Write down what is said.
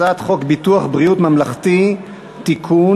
הצעת חוק ביטוח בריאות ממלכתי (תיקון,